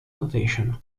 notation